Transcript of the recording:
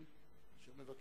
אדוני